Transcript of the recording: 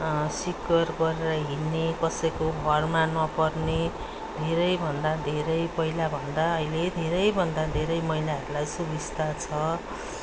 secure गरेर हिँड्ने कसैको भरमा नपर्ने धेरैभन्दा धेरै पहिलाभन्दा अहिले धेरैभन्दा धेरै महिलाहरूलाई सुविस्ता छ